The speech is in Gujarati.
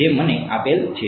જે મને આપેલ છે